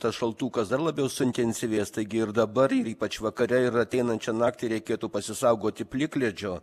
tas šaltukas dar labiau suintensyvės taigi ir dabar ir ypač vakare ir ateinančią naktį reikėtų pasisaugoti plikledžio